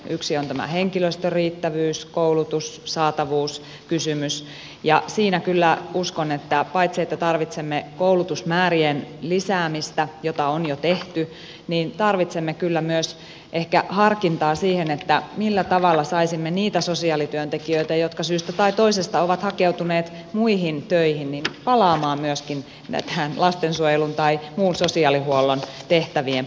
yksi on tämä henkilöstön riittävyys koulutus saatavuuskysymys ja siinä kyllä uskon että paitsi että tarvitsemme koulutusmäärien lisäämistä jota on jo tehty niin tarvitsemme kyllä myös ehkä harkintaa siihen millä tavalla saisimme niitä sosiaalityöntekijöitä jotka syystä tai toisesta ovat hakeutuneet muihin töihin palaamaan myöskin tämän lastensuojelun tai muun sosiaalihuollon tehtävien pariin